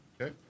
okay